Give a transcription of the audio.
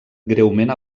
greument